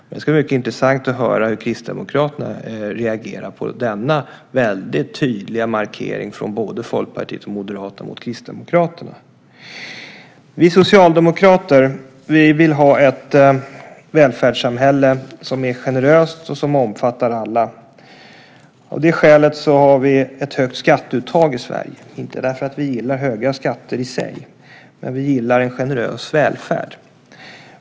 Det ska bli mycket intressant att höra hur Kristdemokraterna reagerar på denna väldigt tydliga markering från både Folkpartiet och Moderaterna mot Kristdemokraterna. Vi socialdemokrater vill ha ett välfärdssamhälle som är generöst och som omfattar alla. Av det skälet har vi ett högt skatteuttag i Sverige, inte därför att vi gillar höga skatter i sig utan därför att vi gillar en generös välfärd.